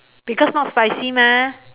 because not spicy mah